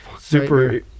super